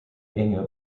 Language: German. enge